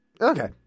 Okay